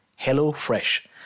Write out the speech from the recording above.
HelloFresh